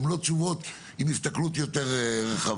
הן לא תשובות עם הסתכלות יותר רחבה.